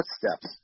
footsteps